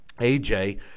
AJ